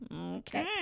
Okay